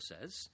says